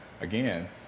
again